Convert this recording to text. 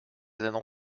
within